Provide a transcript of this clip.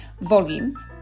volume